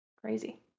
crazy